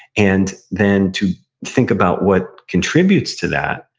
and then to think about what contributes to that,